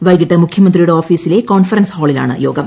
വൈകിട്ട് മുഖ്യമന്ത്രിയുടെ ഓഫീസിലെ കോൺഫറൻസ് ഹാളിലാണ് യോഗം